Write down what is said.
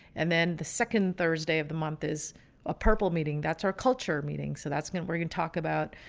and then the second thursday of the month is a purple meeting. that's our culture meeting. so that's going to we're going to talk about